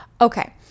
okay